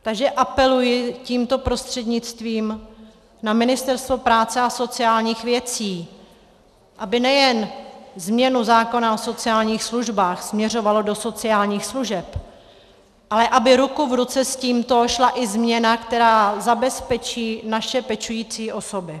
Takže apeluji tímto prostřednictvím na Ministerstvo práce a sociálních věcí, aby nejen změnu zákona o sociálních službách směřovalo do sociálních služeb, ale aby ruku v ruce s tímto šla i změna, která zabezpečí naše pečující osoby.